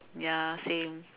ya same